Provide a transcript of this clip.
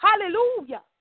Hallelujah